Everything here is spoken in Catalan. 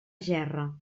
gerra